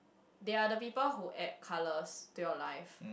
they are the people who add colours to your life